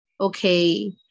okay